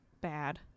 bad